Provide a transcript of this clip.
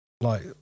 Like-